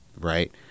right